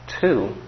two